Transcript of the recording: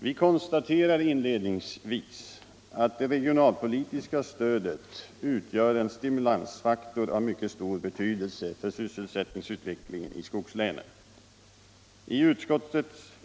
Vi konstaterar inledningsvis att det regionalpolitiska stödet utgör en stimulansfaktor av mycket stor betydelse för sysselsättningsutvecklingen i skogslänen.